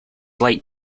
like